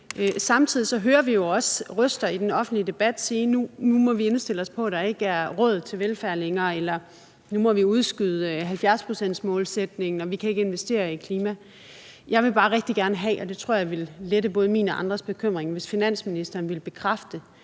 Samtidig hører vi jo også røster i den offentlige debat sige, at nu må vi indstille os på, at der ikke er råd til velfærd længere, eller at nu må vi udskyde 70-procentsmålsætningen, og vi kan ikke investere i klima. Jeg ville bare rigtig gerne have, og det tror jeg ville lette både min og andres bekymring, hvis finansministeren ville bekræfte,